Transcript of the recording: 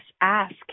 ask